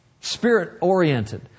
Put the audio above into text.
Spirit-oriented